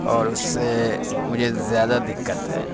اور اس سے مجھے زیادہ دقت ہے